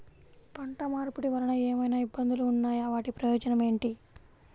పంట మార్పిడి వలన ఏమయినా ఇబ్బందులు ఉన్నాయా వాటి ప్రయోజనం ఏంటి?